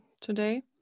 today